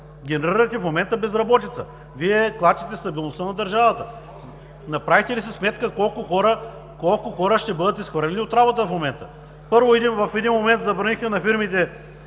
Генерирате в момента безработица. Вие клатите стабилността на държавата! Направихте ли си сметка колко хора ще бъдат изхвърлени от работа в момента? Първо, в един момент забранихте на фирмите